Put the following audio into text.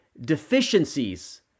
deficiencies